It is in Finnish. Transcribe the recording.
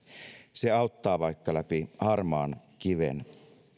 se auttaa vaikka läpi harmaan kiven